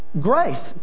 grace